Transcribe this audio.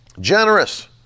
Generous